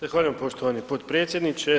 Zahvaljujem poštovani potpredsjedniče.